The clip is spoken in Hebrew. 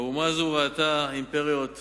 האומה הזאת ראתה אימפריות קמות,